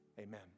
amen